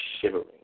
shivering